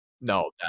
No